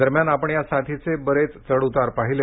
दरम्यान आपण या साथीचे बरेच चढउतार पाहिले